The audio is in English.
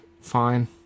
fine